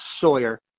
Sawyer